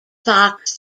fox